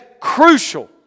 crucial